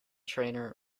trainer